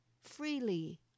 freely